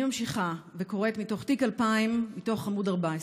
אני ממשיכה וקוראת מתוך תיק 2000, מתוך עמ' 14: